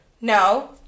no